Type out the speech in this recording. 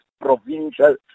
provincial